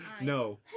No